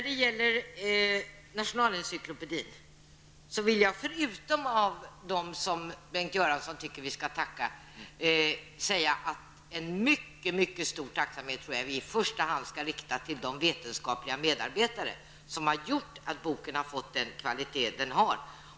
Beträffande Nationalencyklopedian vill jag förutom dem som Bengt Göransson tycker att vi skall tacka i första hand rikta ett mycket stort tack till de vetenskapliga medarbetare som har gjort att boken har fått den kvalitet som den har.